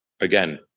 again